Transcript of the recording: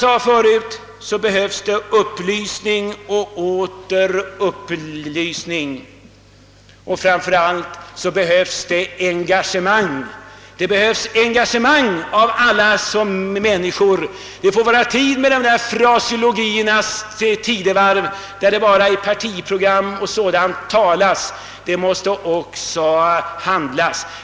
Det behövs upplysning och åter upplysning, och framför allt behövs det engagemang från alla människors sida. Det måste vara slut med fraseologiernas tidevarv, då det bara i partiprogram och dylikt talas om dessa problem. Det måste också handlas.